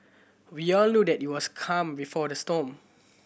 we all knew that it was calm before the storm